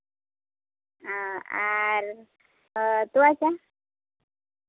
ᱚ ᱟᱨ ᱛᱚᱣᱟ ᱪᱟ